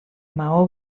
maó